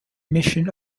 mission